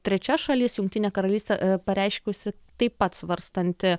trečia šalis jungtinė karalystė pareiškusi taip pat svarstanti